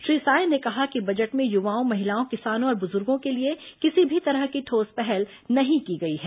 श्री साय ने कहा कि बजट में युवाओं महिलाओं किसानों और बुजुर्गों के लिए किसी भी तरह की ठोस पहल नहीं की गई है